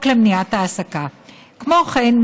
כמו כן,